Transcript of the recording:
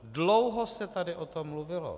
Dlouho se tady o tom mluvilo.